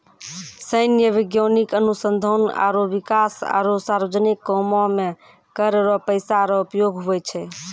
सैन्य, वैज्ञानिक अनुसंधान आरो बिकास आरो सार्वजनिक कामो मे कर रो पैसा रो उपयोग हुवै छै